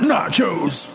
Nachos